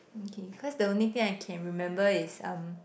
mm k cause the only thing I can remember is um